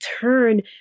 turn